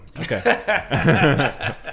Okay